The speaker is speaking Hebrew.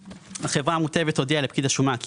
החברה המוטלת הודיעה לפקיד השומה כי